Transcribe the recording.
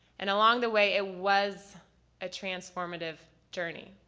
and along the way it was a transformative journey.